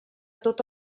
tot